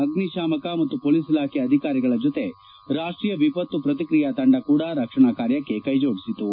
ಅಗ್ನಿತಾಮಕ ಮತ್ತು ಹೊಲೀಸ್ ಇಲಾಖೆ ಅಧಿಕಾರಿಗಳ ಡೊತೆ ರಾಷ್ಷೀಯ ವಿಪತ್ತು ಪ್ರಕ್ರಿಯಾ ತಂಡ ಕೂಡ ರಕ್ಷಣಾ ಕಾರ್ಯಕ್ಕೆ ಕೈಡೋಡಿಸಿತು